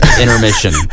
intermission